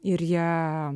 ir ją